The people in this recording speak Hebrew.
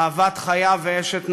אהבת חייו ואשת נעוריו,